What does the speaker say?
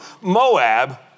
Moab